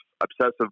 obsessive